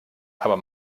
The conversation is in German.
aber